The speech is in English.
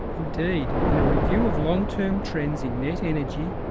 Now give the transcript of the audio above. indeed, in a review of long-term trends in net-energy,